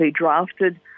drafted